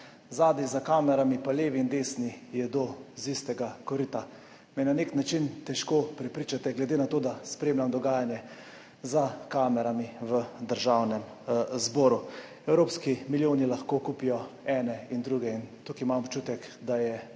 zadaj za kamerami pa levi in desni jedo iz istega korita in me zato težko prepričate, glede na to, da spremljam dogajanje za kamerami v Državnem zboru. Evropski milijoni lahko kupijo ene in druge in imam občutek, da je